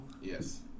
yes